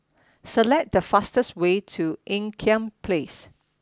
select the fastest way to Ean Kiam Place